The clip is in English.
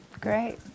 Great